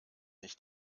nicht